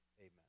amen